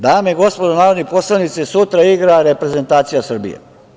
Dame i gospodo narodni poslanici, sutra igra reprezentacija Srbije.